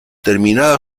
terminada